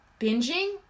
binging